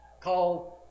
called